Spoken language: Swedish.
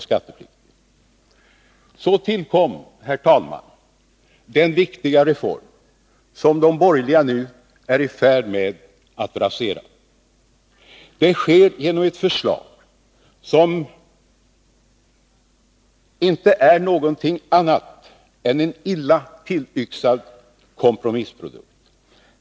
Så tillkom den viktiga reform som de borgerliga nu är i färd med att rasera. Det sker genom ett förslag som inte är någonting annat än en illa tillyxad kompromissprodukt.